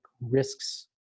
risks